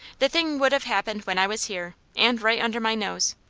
the thing would have happened when i was here, and right under my nose.